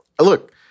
look